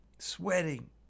Sweating